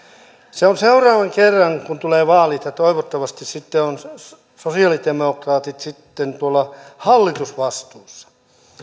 seuraavan kerran kun tulee vaalit toivottavasti sitten ovat sosialidemokraatit tuolla hallitusvastuussa